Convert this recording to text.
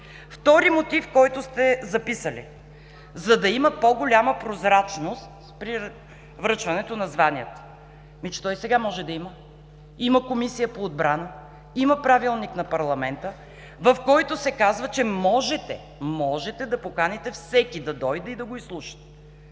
Втори мотив, който сте записали: „за да има по-голяма прозрачност при връчването на званията“. Ами, то и сега може да има! Има Комисия по отбрана, има Правилник на парламента, в който се казва, че можете да поканите всеки да дойде и да го изслушате.